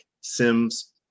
Sims